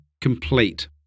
complete